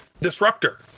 disruptor